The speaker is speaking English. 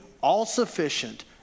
all-sufficient